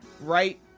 Right